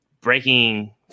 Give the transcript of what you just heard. breaking